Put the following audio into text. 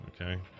Okay